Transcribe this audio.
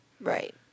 Right